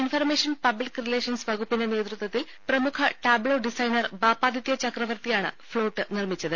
information public relations വകുപ്പിന്റെ നേതൃത്വത്തിൽ പ്രമുഖ ടാബ്ലോ ഡിസൈനർ ബാപ്പാദിത്യ ചക്രവർത്തിയാണ് ഫ്ളോട്ട് നിർമ്മിച്ചത്